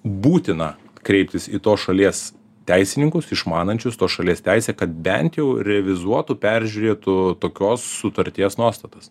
būtina kreiptis į tos šalies teisininkus išmanančius tos šalies teisę kad bent jau revizuotų peržiūrėtų tokios sutarties nuostatas